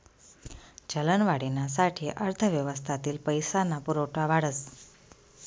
चलनवाढीना साठे अर्थव्यवस्थातील पैसा ना पुरवठा वाढस